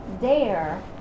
Dare